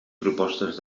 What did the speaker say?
propostes